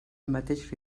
mateix